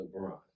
LeBron